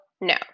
no